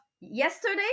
yesterday